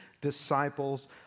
disciples